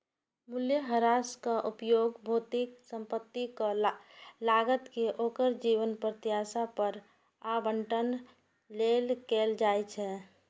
मूल्यह्रासक उपयोग भौतिक संपत्तिक लागत कें ओकर जीवन प्रत्याशा पर आवंटन लेल कैल जाइ छै